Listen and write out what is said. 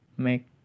make